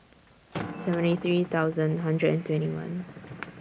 seventy three thousand hundred and twenty one